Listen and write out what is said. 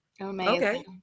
amazing